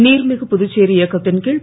நீர்மிகு புதுச்சேரி இயக்கத்தின் கீழ்